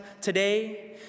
today